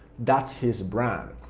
that's his brand.